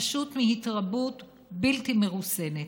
פשוט התרבות בלתי מרוסנת.